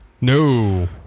no